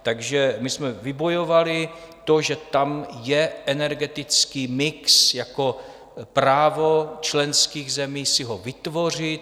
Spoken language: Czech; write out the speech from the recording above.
Takže my jsme vybojovali to, že tam je energetický mix jako právo členských zemí si ho vytvořit.